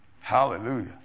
Hallelujah